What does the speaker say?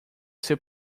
seu